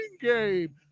game